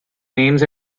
names